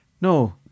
No